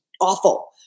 awful